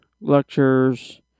lectures